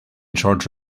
charge